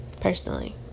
personally